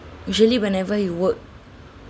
usually whenever you work